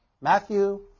Matthew